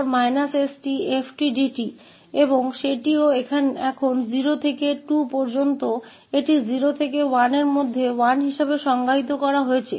और वह भी अब 0 से 2 तक इसे 0 से 1 में 1 के रूप में परिभाषित किया गया है अन्यथा यह 0 है